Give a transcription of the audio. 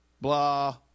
blah